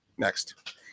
next